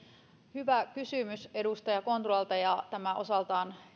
hyvä kysymys edustaja kontulalta tämä osaltaan